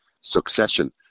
Succession